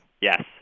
Yes